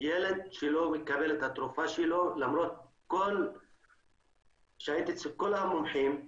ילד שלא מקבל את התרופה שלו למרות שהייתי אצל כל המומחים והם